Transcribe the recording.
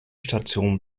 station